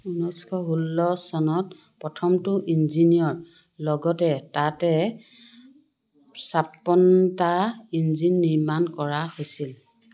ঊনৈশ ষোল্ল চনত প্ৰথমটো ইঞ্জিনৰ লগতে তাতে ছাপন্নটা ইঞ্জিন নিৰ্মাণ কৰা হৈছিল